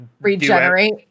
Regenerate